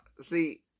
See